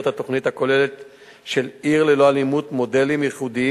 התוכנית הכוללת של "עיר ללא אלימות" מודלים ייחודיים,